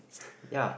ya